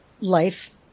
life